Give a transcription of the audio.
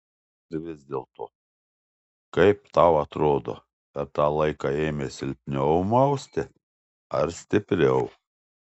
ir vis dėlto kaip tau atrodo per tą laiką ėmė silpniau mausti ar stipriau